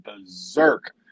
berserk